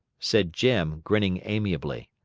said jim, grinning amiably.